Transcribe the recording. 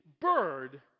bird